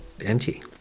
empty